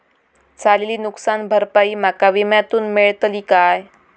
झालेली नुकसान भरपाई माका विम्यातून मेळतली काय?